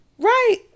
right